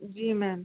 जी ma'am